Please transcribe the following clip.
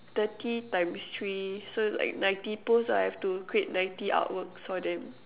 thirty times three so like ninety posts lah I have to create ninety artworks for them